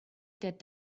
that